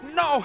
no